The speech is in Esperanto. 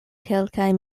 kelkaj